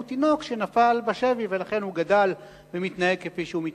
הוא תינוק שנפל בשבי ולכן הוא גדל ומתנהג כפי שהוא מתנהג.